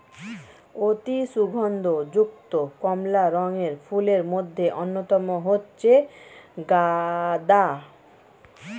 অতি সুগন্ধ যুক্ত কমলা রঙের ফুলের মধ্যে অন্যতম হচ্ছে গাঁদা